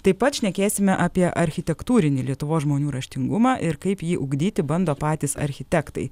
taip pat šnekėsime apie architektūrinį lietuvos žmonių raštingumą ir kaip jį ugdyti bando patys architektai